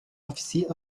officier